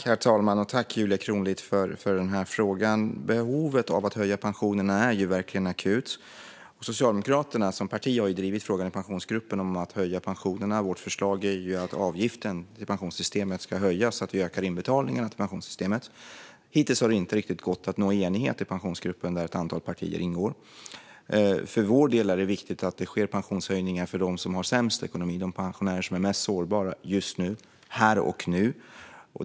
Herr talman! Jag tackar Julia Kronlid för frågan. Behovet av att höja pensionerna är verkligen akut. Socialdemokraterna som parti har drivit frågan i Pensionsgruppen om att höja pensionerna. Vårt förslag är att avgiften till pensionssystemet ska höjas, så att vi ökar inbetalningarna till pensionssystemet. Hittills har det inte riktigt gått att nå enighet i Pensionsgruppen, där ett antal partier ingår. För vår del är det viktigt att det sker pensionshöjningar här och nu för dem som har sämst ekonomi, för de pensionärer som är mest sårbara just nu.